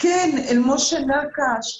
כן אל משה נקש,